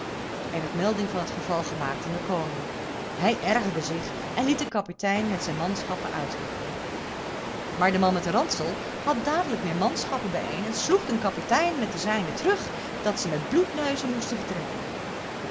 er werd melding van het geval gemaakt aan den koning hij ergerde zich en liet een kapitein met zijn manschappen uitrukken maar de man met den ransel had dadelijk meer manschappen bijeen en sloeg den kapitein met de zijnen terug dat ze met bloedneuzen moesten aftrekken